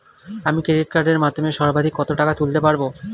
আমি ক্রেডিট কার্ডের মাধ্যমে সর্বাধিক কত টাকা তুলতে পারব?